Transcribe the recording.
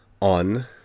on